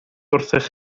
wrthych